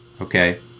Okay